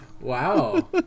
Wow